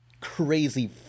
Crazy